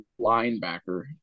linebacker